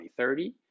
2030